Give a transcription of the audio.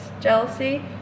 jealousy